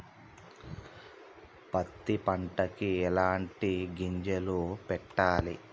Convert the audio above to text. పత్తి పంటకి ఎలాంటి గింజలు పెట్టాలి?